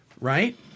Right